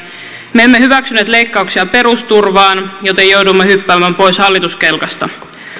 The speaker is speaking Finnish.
me emme hyväksyneet leikkauksia perusturvaan joten jouduimme hyppäämään pois hallituskelkasta